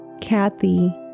Kathy